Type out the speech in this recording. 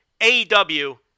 AEW